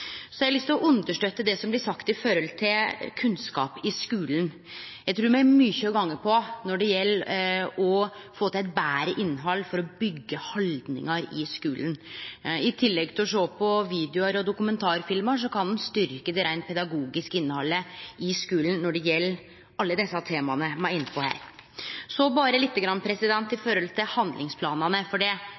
Så har eg lyst til å støtte det som blir sagt om kunnskap i skulen. Eg trur me har mykje å gå på når det gjeld å få til eit betre innhald for å byggje haldningar i skulen. I tillegg til å sjå på videoar og dokumentarfilmar kan ein styrkje det reint pedagogiske innhaldet i skulen når det gjeld alle desse temaa me er inne på her. Så litt om handlingsplanen, for det